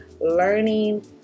learning